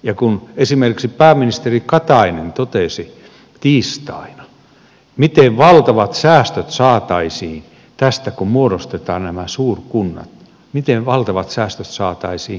ja kun esimerkiksi pääministeri katainen totesi tiistaina miten valtavat säästöt saataisiin tästä kun muodostetaan nämä suurkunnat miten valtavat säästöt saataisiin hallinnosta